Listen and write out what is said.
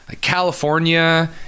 California